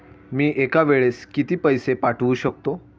मी एका वेळेस किती पैसे पाठवू शकतो?